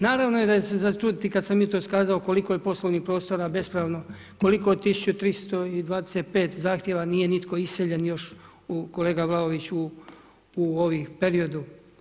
Naravno je da se za čuditi kad sam jutros kazao koliko je poslovnih prostora bespravno, koliko od 1325 zahtjeva nije nitko iseljen još, kolega Vlaović u ovom periodu.